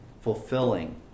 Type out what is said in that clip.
fulfilling